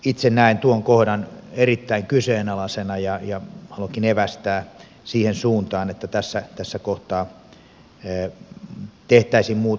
itse näen tuon kohdan erittäin kyseenalaisena ja haluankin evästää siihen suuntaan että tässä kohtaa tehtäisiin muutos suunnitelmiin